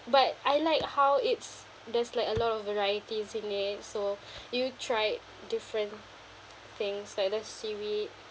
but I like how it's there's like a lot of varieties in it so you tried different things like the seaweed